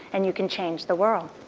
and you can change the world.